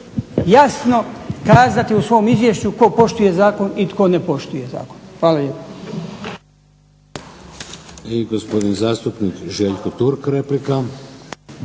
jasno kazati u svom izvješću tko poštuje zakon i tko ne poštuje zakon. Hvala